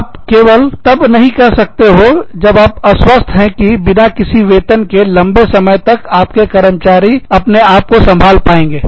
आप यह केवल तब कह सकते हो जब आप आश्वस्त है कि बिना किसी वेतन के लंबे समय तक आपके कर्मचारी अपने आप को संभाल पाएंगे